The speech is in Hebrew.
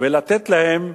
ולתת להם